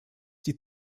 die